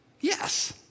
Yes